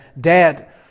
dead